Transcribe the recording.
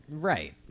Right